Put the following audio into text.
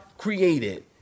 created